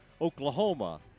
Oklahoma